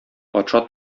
патша